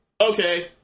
Okay